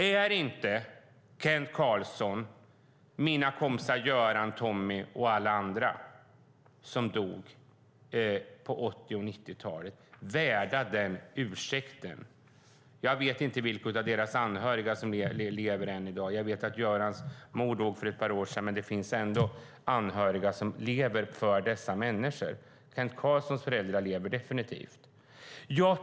Är inte Kent Carlsson, mina kompisar Göran och Tommy och alla andra som dog på 80 och 90-talen värda den ursäkten? Jag vet inte vilka av deras anhöriga som lever än i dag. Jag vet att Görans mor dog för ett par år sedan, men det finns anhöriga till dessa människor som lever. Kent Carlssons föräldrar lever definitivt.